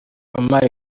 omar